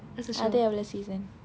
அது எவ்வளவு:athu evvalvu season